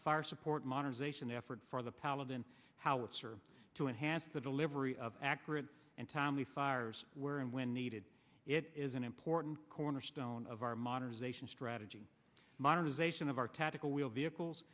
fire support modernization effort for the paladin howitzer to enhance the delivery of accurate and timely fires where and when needed it is an important cornerstone of our modernization strategy modernization of our tactical wheeled vehicles